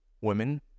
women